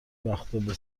وقتابه